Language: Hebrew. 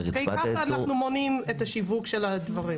כך אנחנו מונעים את השיווק של הדברים.